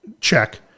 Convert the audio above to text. check